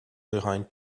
behind